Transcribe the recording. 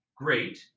great